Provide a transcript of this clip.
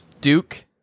Duke